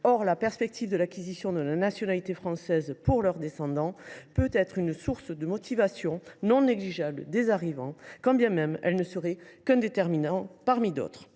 Or la perspective de l’acquisition de la nationalité française pour leurs descendants peut constituer une source de motivation non négligeable pour les arrivants, quand bien même elle ne serait qu’un critère parmi d’autres.